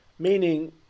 Meaning